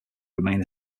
remain